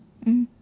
mm